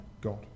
god